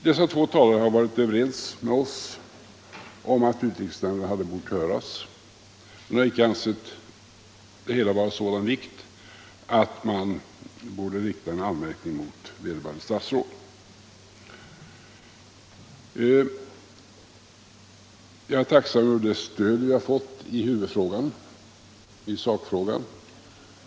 Dessa två talare är överens med oss om att utrikesnämnden hade bort höras, men de har inte ansett att det hela var av sådan vikt att en anmärkning borde riktas mot vederbörande statsråd. Jag är tacksam över det stöd vi har fått i huvudfrågan, sakfrågan.